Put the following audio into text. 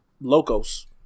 locos